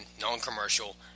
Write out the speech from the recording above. Non-Commercial